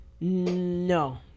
No